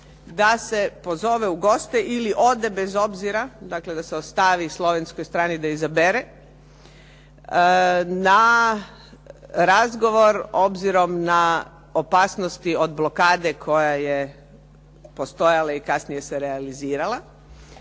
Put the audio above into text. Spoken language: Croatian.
da se pozove u goste ili ode bez obzira, dakle da se ostavi slovenskoj stani da izabere, na razgovor obzirom na opasnosti od blokade koja je postajala i kasnije se realizirala,